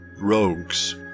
rogues